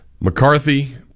McCarthy